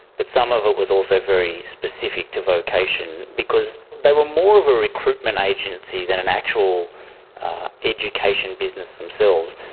but some of it was also very specific to vocation because they were more of a recruitment agency than an actual education business themselves.